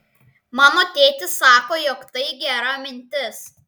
mano tėtis sako jog tai gera mintis